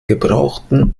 gebrauchten